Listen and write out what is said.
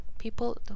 people